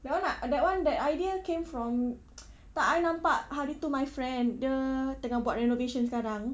that [one] I that [one] that idea came from tak I nampak hari itu my friend dia tengah buat renovation sekarang